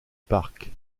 parc